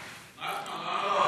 למה לא?